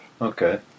Okay